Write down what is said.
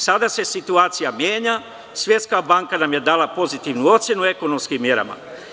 Sada se situacija menja, Svetska banka nam je dala pozitivnu ocenu ekonomskim merama.